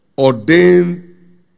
Ordained